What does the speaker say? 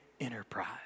enterprise